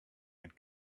had